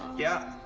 yeah?